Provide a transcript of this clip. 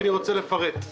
ואני רוצה לפרט.